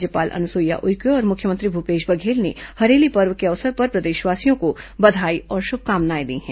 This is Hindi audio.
राज्यपाल अनुसुईया उइके और मुख्यमंत्री भूपेश बघेल ने हरेली पर्व के अवसर पर प्रदेशवासियों को बधाई और शुभकामनाएं दी हैं